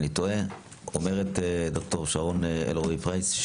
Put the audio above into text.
אומרת ד"ר שרון אלרעי פרייס,